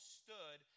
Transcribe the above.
stood